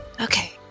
Okay